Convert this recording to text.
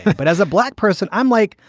but as a black person, i'm like,